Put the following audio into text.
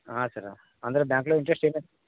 ಹಾಂ ಸರ್ರ ಅಂದರೆ bank loan interest ಏನು